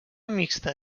mixta